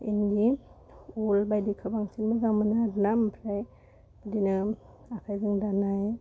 इन्दि उल बायदिखो बांसिन मोजां मोनो आरो ना आमफ्राय बिदिनो आखाइजों दानाय